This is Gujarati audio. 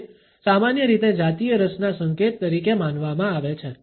તે સામાન્ય રીતે જાતીય રસના સંકેત તરીકે માનવામાં આવે છે